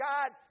God